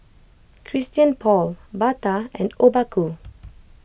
Christian Paul Bata and Obaku